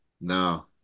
No